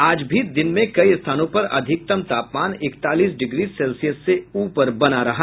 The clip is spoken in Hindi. आज भी दिन में कई स्थानों पर अधिकतम तापमान इकतालीस डिग्री सेल्सियस से ऊपर बना रहा